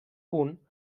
punt